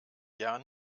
jahr